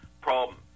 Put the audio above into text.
problem